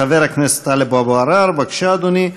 חבר הכנסת טלב אבו עראר, בבקשה, אדוני.